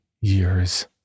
years